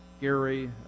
Gary